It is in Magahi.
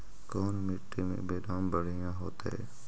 कोन मट्टी में बेदाम बढ़िया होतै?